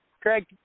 Craig